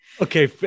Okay